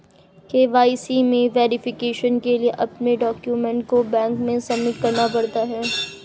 KYC में verification के लिए अपने डाक्यूमेंट को बैंक में सबमिट करना पड़ता है